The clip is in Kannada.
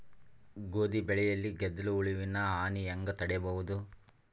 ಗೋಧಿ ಬೆಳೆಯಲ್ಲಿ ಗೆದ್ದಲು ಹುಳುವಿನ ಹಾನಿ ಹೆಂಗ ತಡೆಬಹುದು?